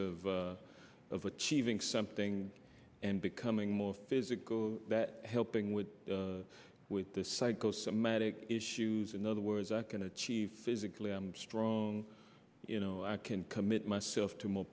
of of achieving something and becoming more physical helping with with the psychosomatic issues in other words i can achieve physically i'm strong you know i can commit myself to more